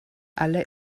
alle